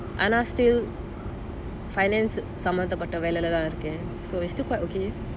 ஆனா:aana still finance சம்மந்த பட்ட வேலைல தான் இருக்கான்:sammantha patta velaila thaan irukan so it's still quite okay